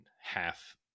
half